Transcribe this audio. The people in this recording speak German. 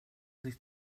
sich